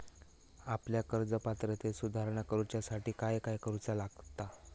आपल्या कर्ज पात्रतेत सुधारणा करुच्यासाठी काय काय करूचा लागता?